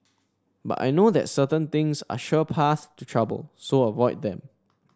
but I know that certain things are sure paths to trouble so avoid them